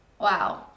wow